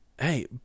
hey